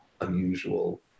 unusual